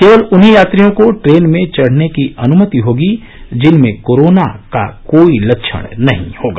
केवल उन्हीं यात्रियों को ट्रेन में चढ़ने की अनुमति होगी जिनमें कोरोना का कोई भी लक्षण नहीं होगा